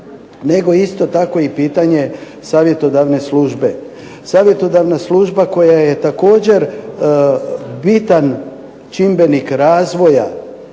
nego isto tako i pitanje savjetodavne službe. Savjetodavna služba koja je također bitan čimbenik razvoja